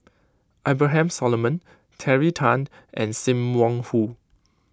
Abraham Solomon Terry Tan and Sim Wong Hoo